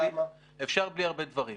אפשר בלי הרבה דברים.